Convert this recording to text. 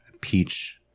peach